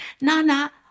Nana